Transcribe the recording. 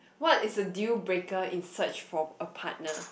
what is the deal breaker in search for a partner